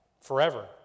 forever